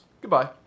Goodbye